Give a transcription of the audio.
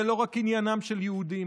זה לא רק עניינם של יהודים,